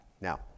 Now